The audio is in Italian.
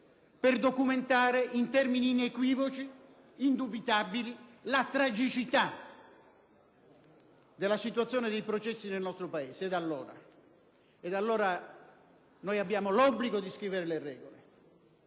per documentare in termini inequivoci ed indubitabili la tragicità della situazione dei processi nel nostro Paese. Allora, abbiamo l'obbligo di scrivere le regole.